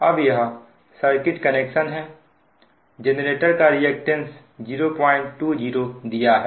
अब यह circuit connection है जेनरेटर का रिएक्टेंस 020 दिया है